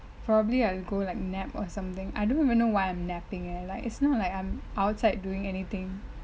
probably I go like nap or something I don't even know why I'm napping leh like it's not like I'm outside doing anything